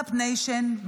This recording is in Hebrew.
סטרטאפ ניישן,